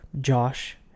Josh